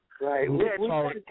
right